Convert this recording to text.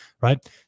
right